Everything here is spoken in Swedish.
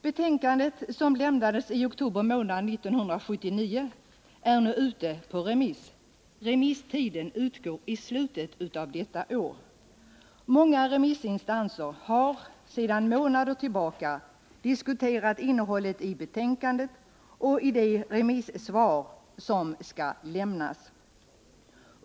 Betänkandet, som lämnades i oktober månad 1979, är nu ute på remiss. Remisstiden utgår i slutet av innevarande år. Många remissinstanser har sedan månader tillbaka diskuterat innehållet i betänkandet och innehållet i de remissvar som skall lämnas.